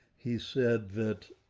he said that